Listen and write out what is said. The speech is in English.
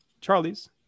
Charlie's